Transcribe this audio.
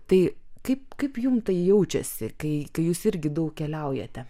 tai kaip kaip jum tai jaučiasi kai jūs irgi daug keliaujate